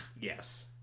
yes